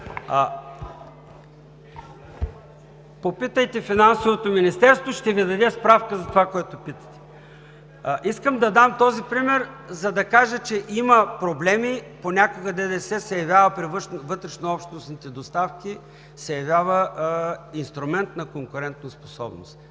Попитайте Финансовото министерство – ще Ви даде справка за това, което питате. Искам да дам този пример, за да кажа, че има проблеми. Понякога ДДС се явява при вътрешнообщностните доставки инструмент на конкурентоспособност.